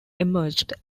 emerged